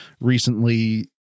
recently